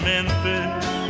Memphis